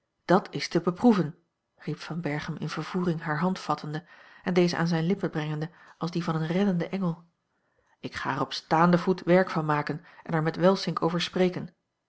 dat is te beproeven riep van berchem in vervoering hare hand vattende en deze aan zijne lippen brengende als die van een reddenden engel ik ga er op staanden voet werk van maken en er met welsink over spreken